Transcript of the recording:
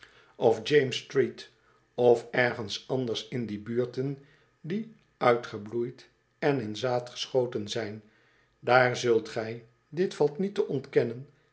of james street of ergens anders in die buurten die uitgebloeid en in zaad geschoten zijn daar zult gij dit valt niet te ontkennen